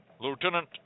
Lieutenant